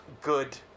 good